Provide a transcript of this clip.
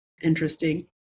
interesting